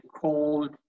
called